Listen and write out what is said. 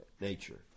nature